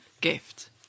gift